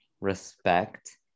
respect